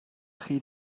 chi